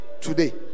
Today